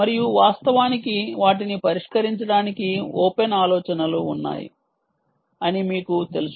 మరియు వాస్తవానికి వాటిని పరిష్కరించడానికి ఓపెన్ ఆలోచనలు ఉన్నాయి అని మీకు తెలుసు